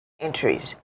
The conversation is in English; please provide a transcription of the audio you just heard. entries